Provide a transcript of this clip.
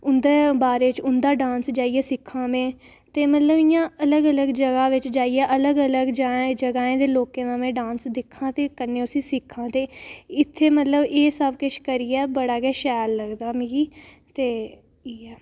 उं'दे बारै च उं'दा डांस जाइयै सिक्खां में अलग अलग जगह बिच जाइयै अलग अलग जगहें दे लोकें दा में डांस सिक्खां ते कन्नै उसी सिक्खां ते इत्थें मतलब एह् सबकिश करियै मिगी बड़ा गै शैल लगदा ते इयै